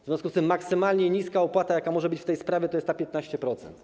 W związku z tym maksymalnie niska opłata, jaka może być w tej sprawie, to jest 15%.